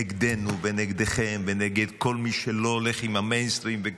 נגדנו ונגדכם ונגד כל מי שלא הולך עם המיינסטרים.